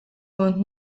oant